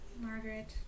Margaret